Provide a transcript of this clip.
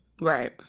right